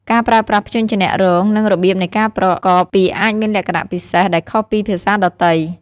ការប្រើប្រាស់ព្យញ្ជនៈរង និងរបៀបនៃការប្រកបពាក្យអាចមានលក្ខណៈពិសេស ដែលខុសពីភាសាដទៃ។